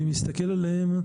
אני מסתכל עליהם,